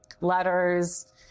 letters